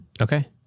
Okay